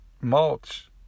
Mulch